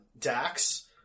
Dax